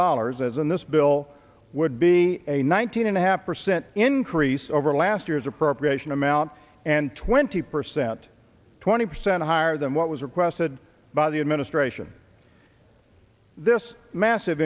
dollars as in this bill would be a nineteen and a half percent increase over last year's appropriation amount and twenty percent twenty percent higher than what was requested by the administration this massive